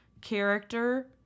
character